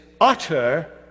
utter